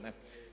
Ne?